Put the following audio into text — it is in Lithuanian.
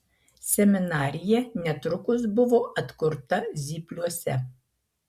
seminarija netrukus buvo atkurta zypliuose